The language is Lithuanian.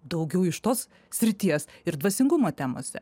daugiau iš tos srities ir dvasingumo temose